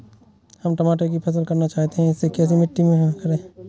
हम टमाटर की फसल करना चाहते हैं इसे कैसी मिट्टी में करें?